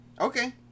Okay